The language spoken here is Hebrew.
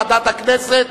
ועדת הכנסת,